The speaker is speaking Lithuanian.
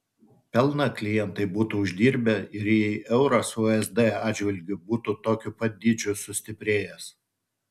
pelną klientai būtų uždirbę ir jei euras usd atžvilgiu būtų tokiu pat dydžiu sustiprėjęs